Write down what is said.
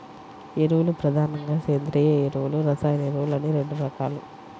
ఎరువులు ప్రధానంగా సేంద్రీయ ఎరువులు, రసాయన ఎరువులు అని రెండు రకాలు